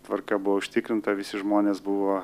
tvarka buvo užtikrinta visi žmonės buvo